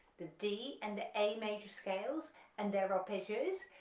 the d, and the a major scales and their arpeggios,